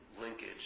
linkage